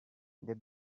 they